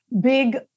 big